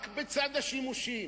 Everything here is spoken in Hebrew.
רק בצד השימושים.